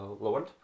lowered